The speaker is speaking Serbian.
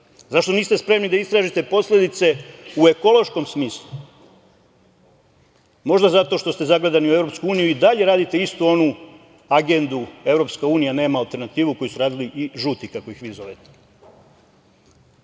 Zašto niste spremni da istražite posledice u ekološkom smislu? Možda zato što ste zagledani u EU i dalje radite isto onu agendu - EU nema alternativu, koju su radili i žuti, kako ih vi zovete. Neću